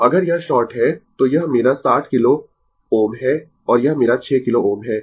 तो अगर यह शॉर्ट है तो यह मेरा 60 किलो Ω है और यह मेरा 6 किलो Ω है